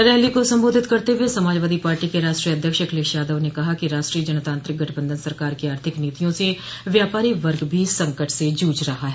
rally को संबोधित करते हुए समाजवादी पार्टी के राष्ट्रीय अध्यक्ष अखिलेश यादव ने कहा कि राष्ट्रीय जनतांत्रिक गठबंधन सरकार की आर्थिक नीतियों से व्यापारी वर्ग भी संकट से जूझ रहा है